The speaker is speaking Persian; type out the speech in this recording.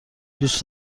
دوست